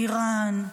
איראן,